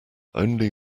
only